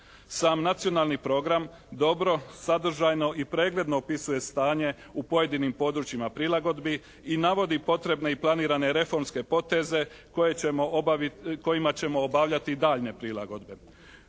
Sam Nacionalni program dobro, sadržajno i pregledno opisuje stanje u pojedinim područjima prilagodbi i navodi potrebne i planirane reformske poteze kojima ćemo obavljati daljnje prilagodbe.